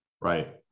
Right